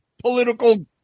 political